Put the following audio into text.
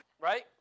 right